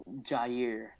Jair